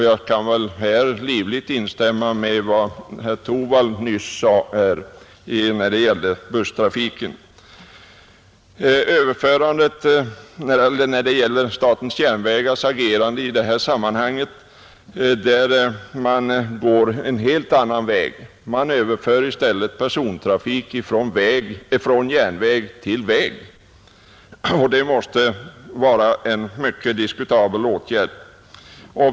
Jag kan livligt instämma i vad herr Torwald nyss sade beträffande busstrafiken, Statens järnvägars agerande i detta sammanhang innebär att man går en helt annan väg. Man överför i stället persontrafik från järnväg till väg, och det måste vara en mycket diskutabel åtgärd.